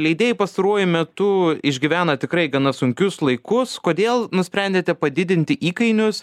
leidėjai pastaruoju metu išgyvena tikrai gana sunkius laikus kodėl nusprendėte padidinti įkainius